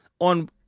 on